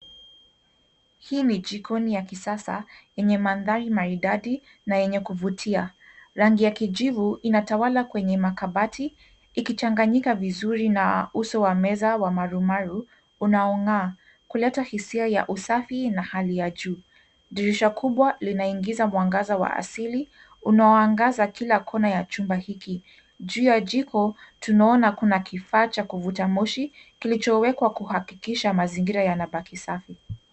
Hii ni jikoni ya kisasa yenye mandhari maridadi na yenye kuvutia. Rangi ya kijivu inatawala kwenye makabati ikichanganyika vizuri na uso wa meza wa marumaru unaong'aa kuleta hisia ya usafi na hali ya juu. Dirisha kubwa linaingiza mwangaza wa asili unaoangaza kila kona ya chumba hiki. Juu ya jiko tunaona kuna kifaa cha kuvuta moshi kilichowekwa juu kuhakikisha mazingira yanabaki safi.